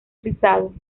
rizado